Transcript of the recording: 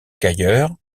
qu’ailleurs